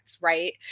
right